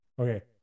Okay